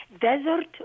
desert